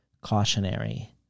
cautionary